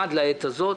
במיוחד לעת הזאת.